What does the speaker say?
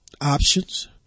options